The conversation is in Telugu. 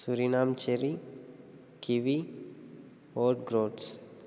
Suriname cherry kiwi oat groats